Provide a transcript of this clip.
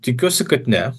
tikiuosi kad ne